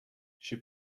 she